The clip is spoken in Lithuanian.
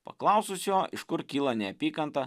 paklausus jo iš kur kyla neapykanta